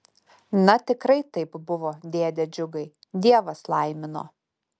na tikrai taip buvo dėde džiugai dievas laimino